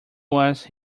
was